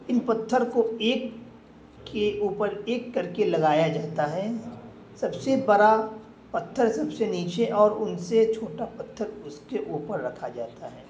ان پتھر کو ایک کے اوپر ایک کر کے لگایا جاتا ہے سب سے بڑا پتھر سب سے نیچے اور ان سے چھوٹا پتھر اس کے اوپر رکھا جاتا ہے